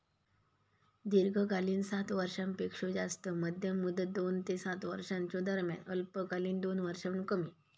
दीर्घकालीन सात वर्षांपेक्षो जास्त, मध्यम मुदत दोन ते सात वर्षांच्यो दरम्यान, अल्पकालीन दोन वर्षांहुन कमी